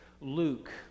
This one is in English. Luke